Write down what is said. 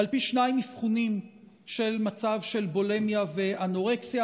על פי שניים אבחונים של מצב של בולימיה ואנורקסיה,